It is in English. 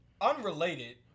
Unrelated